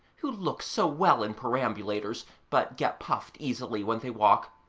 who look so well in perambulators but get puffed easily when they walk,